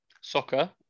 soccer